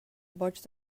boig